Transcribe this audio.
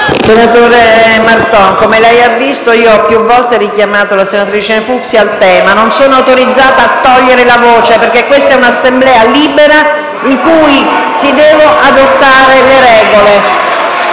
Senatore Marton, come ha visto, ho più volte richiamato la senatrice Fucksia al tema e non sono autorizzata a togliere la voce, perché questa è un'Assemblea libera, in cui si devono rispettare le regole.